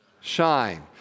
shine